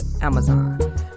Amazon